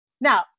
Now